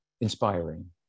inspiring